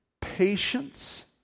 patience